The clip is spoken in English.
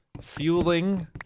fueling